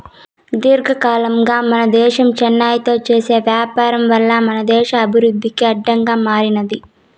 దీర్ఘకాలంగా మన దేశం చైనాతో చేసే వ్యాపారం వల్ల మన దేశ అభివృద్ధికి అడ్డంగా మారినాది